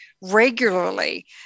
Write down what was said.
regularly